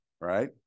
Right